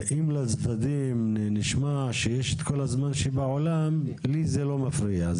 אם לצדדים נשמע שיש את כל הזמן שבעולם לי זה לא מפריע,